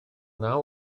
naw